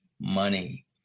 Money